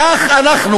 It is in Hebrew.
כך אנחנו,